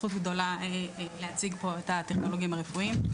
זכות גדולה לייצג פה את הטכנולוגים הרפואיים.